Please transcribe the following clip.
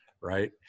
right